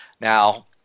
Now